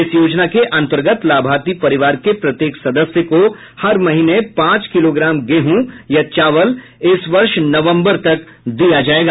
इस योजना के अन्तर्गत लाभार्थी परिवार के प्रत्येक सदस्य को हर महीने पांच किलोग्राम गेहूं या चावल इस वर्ष नवम्बर तक दिया जाएगा